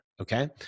Okay